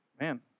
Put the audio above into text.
Man